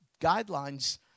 guidelines